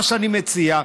מה שאני מציע,